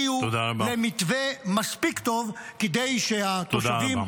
יביאו למתווה מספיק טוב כדי שהתושבים